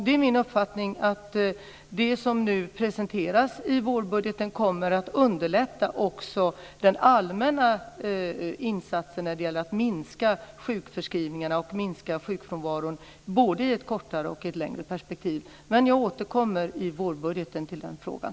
Det är min uppfattning att det som nu presenteras i vårbudgeten kommer att underlätta också den allmänna insatsen för att minska sjukskrivningarna och sjukfrånvaron både i ett kortare och i ett längre perspektiv. Jag återkommer i vårbudgeten till den frågan.